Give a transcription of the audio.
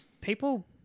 people